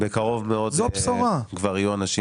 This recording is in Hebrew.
אני מניח שבקרוב מאוד כבר יהיו אנשים